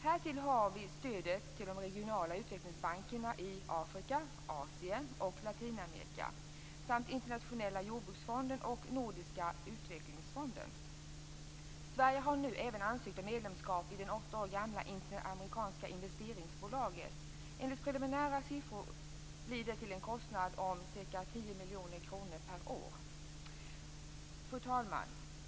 Härtill kommer stödet till de regionala utvecklingsbankerna i Afrika, Asien och Latinamerika samt Internationella jordbruksfonden och Nordiska utvecklingsfonden. Sverige har nu även ansökt om medlemskap i det åtta år gamla Interamerikanska investeringsbolaget. Enligt preliminära siffror sker det till en kostnad av ca 10 miljoner kronor per år. Fru talman!